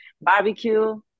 barbecue